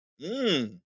Mmm